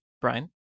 Brian